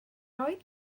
oedd